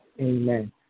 Amen